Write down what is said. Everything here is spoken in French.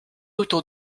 autour